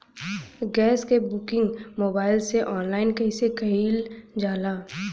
Gas क booking mobile से online कईसे कईल जाला?